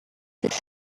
his